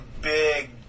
big